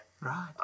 Right